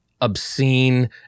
obscene